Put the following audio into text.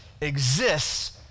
exists